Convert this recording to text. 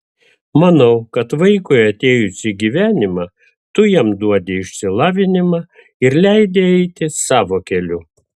manau kad vaikui atėjus į gyvenimą tu jam duodi išsilavinimą ir leidi eiti savo keliu